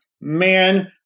Man